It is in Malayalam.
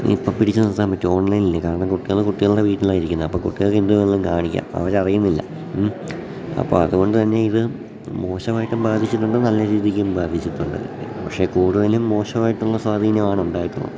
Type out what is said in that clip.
ഇപ്പം പിടിച്ചു നിർത്താൻ പറ്റും ഓൺലൈനല്ലേ കാരണം കുട്ടികൾ കുട്ടികളുടെ വീട്ടിലായിരിക്കുന്നത് അപ്പം കുട്ടികൾക്ക് എന്തു വേണെങ്കിലും കാണിക്കാം അവർ അറിയുന്നില്ല ഉം അപ്പം അതു കൊണ്ട് തന്നെ ഇത് മോശമായിട്ടും ബാധിച്ചിട്ടുണ്ട് നല്ല രീതിക്കും ബാധിച്ചിട്ടുണ്ട് പക്ഷെ കൂടുതലും മോശമായിട്ടുള്ള സ്വാധീനമാണ് ഉണ്ടായിട്ടുള്ളത്